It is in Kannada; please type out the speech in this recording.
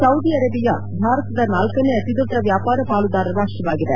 ಸೌದಿ ಅರೇಬಿಯಾ ಭಾರತದ ನಾಲ್ಲನೇ ಅತಿದೊಡ್ಡ ವ್ಯಾಪಾರ ಪಾಲುದಾರ ರಾಷ್ಟವಾಗಿದೆ